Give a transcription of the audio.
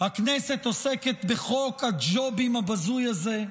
הכנסת עוסקת בחוק הג'ובים הבזוי הזה.